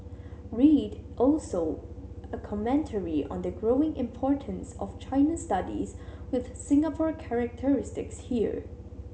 read also a commentary on the growing importance of China studies with Singapore characteristics here